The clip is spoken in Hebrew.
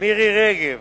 מירי רגב